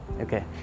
okay